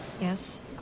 Yes